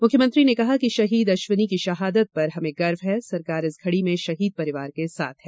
मुख्यमंत्री ने कहा कि शहीद अश्विनी की शहादत पर हमें गर्व है सरकार इस घड़ी में शहीद परिवार के साथ है